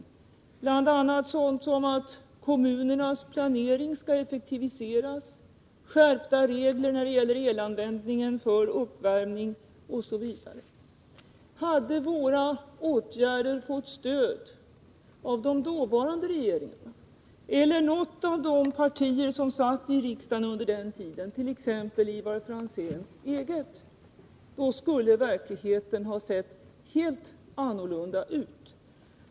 Det gäller sådant som en effektivisering av kommunernas planering, skärpta regler när det gäller elanvändningen för uppvärmning osv. Hade våra förslag fått stöd av de dåvarande regeringarna eller något av de partier som satt i riksdagen under denna tid, t.ex. Ivar Franzéns eget, då skulle verkligheten ha sett helt annorlunda ut.